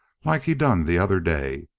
like he done the other day.